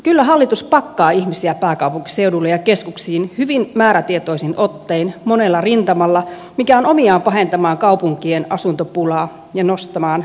kyllä hallitus pakkaa ihmisiä pääkaupunkiseudulle ja keskuksiin hyvin määrätietoisin ottein monella rintamalla mikä on omiaan pahentamaan kaupun kien asuntopulaa ja nostamaan hintatasoa